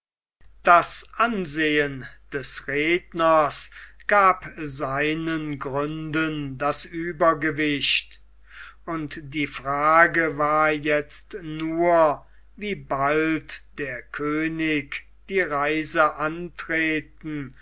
das ansehen des redners gab seinen gründen das uebergewicht und die frage war jetzt nur wie bald der könig die reise antreten